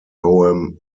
poem